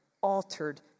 altered